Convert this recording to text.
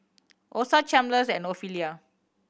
Osa Chalmers and Ofelia